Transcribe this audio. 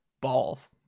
balls